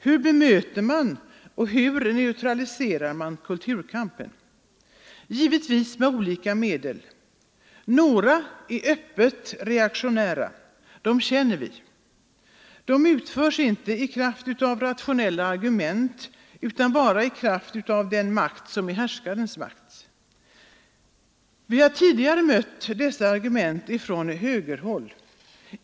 Hur bemöter man och hur neutraliserar man kulturkampen? Givetvis med olika medel. Några är öppet reaktionära, dem känner vi. De fungerar inte i kraft av rationella argument utan i kraft av den makt som är härskarens. Vi har tidigare mött dessa argument från högerhåll.